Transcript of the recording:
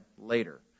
later